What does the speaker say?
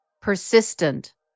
Persistent